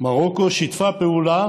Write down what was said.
מרוקו שיתפה פעולה